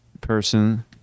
person